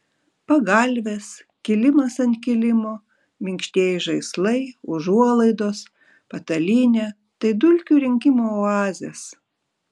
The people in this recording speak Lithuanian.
pagalvės kilimas ant kilimo minkštieji žaislai užuolaidos patalynė tai dulkių rinkimo oazės